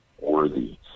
worthy